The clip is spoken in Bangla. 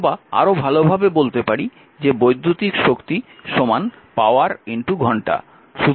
অথবা আরো ভালোভাবে বলতে পারি যে বৈদ্যুতিক শক্তি পাওয়ার ঘন্টা